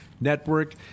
network